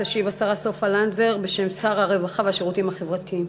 תשיב השרה סופה לנדבר בשם שר הרווחה והשירותים החברתיים.